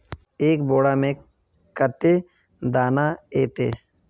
एक बोड़ा में कते दाना ऐते?